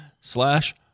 slash